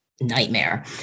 nightmare